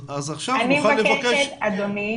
אז עכשיו נוכל לבקש --- אני מבקשת, אדוני,